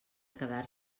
quedar